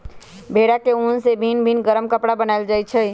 भेड़ा के उन से भिन भिन् गरम कपरा बनाएल जाइ छै